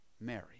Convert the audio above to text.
Mary